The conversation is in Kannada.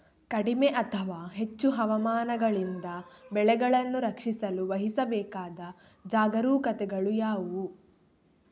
ಕಡಿಮೆ ಅಥವಾ ಹೆಚ್ಚು ಹವಾಮಾನಗಳಿಂದ ಬೆಳೆಗಳನ್ನು ರಕ್ಷಿಸಲು ವಹಿಸಬೇಕಾದ ಜಾಗರೂಕತೆಗಳು ಯಾವುವು?